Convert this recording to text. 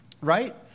right